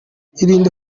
irinde